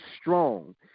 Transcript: strong